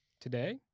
Today